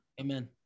Amen